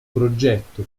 progetto